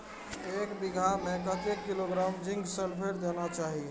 एक बिघा में कतेक किलोग्राम जिंक सल्फेट देना चाही?